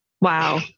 wow